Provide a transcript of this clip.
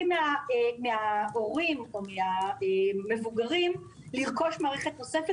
מן ההורים או מן המבוגרים לרכוש מערכת נוספת.